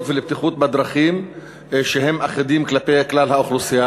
ולבטיחות בדרכים שהם אחידים כלפי כלל האוכלוסייה.